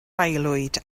aelwyd